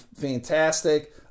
fantastic